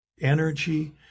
energy